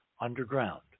underground